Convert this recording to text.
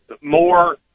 more